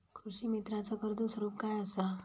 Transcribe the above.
कृषीमित्राच कर्ज स्वरूप काय असा?